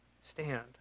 stand